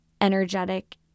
energetic